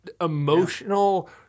emotional